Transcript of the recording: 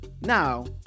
Now